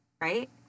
right